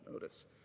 notice